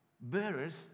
bearers